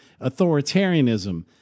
authoritarianism